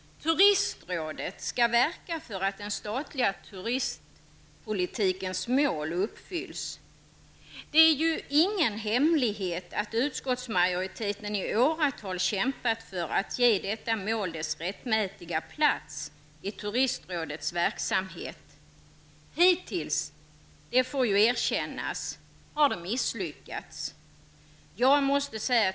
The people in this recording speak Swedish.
Turisitrådet skall verka för att den statliga turistpolitikens mål uppfylls. Det är ju ingen hemlighet att utskottsmajoriteten i åratal kämpat för att ge detta mål dess rättmätiga plats i turistrådets verksamhet. Hittills, det får ju erkännas, har det misslyckats.